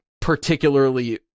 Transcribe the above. particularly